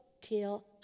till